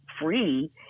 free